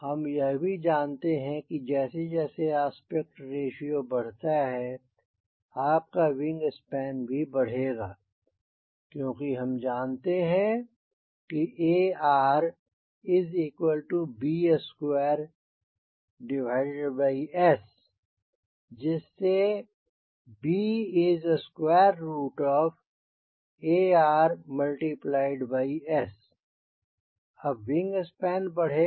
हम यह भी जानते हैं कि जैसे जैसे आस्पेक्ट रेश्यो बढ़ता है आपका विंग स्पैन भी बढ़ेगा क्योंकि हम जानते हैं कि ARb2S जिससे bARS अब विंग स्पैन बढ़ेगा